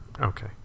Okay